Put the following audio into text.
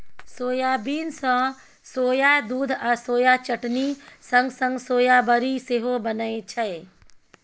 soybean सँ soya दुध आ सोया चटनी संग संग सोया बरी सेहो बनै छै